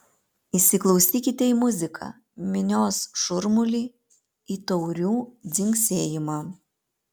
įsiklausykite į muziką minios šurmulį į taurių dzingsėjimą